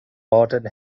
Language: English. martin